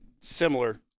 similar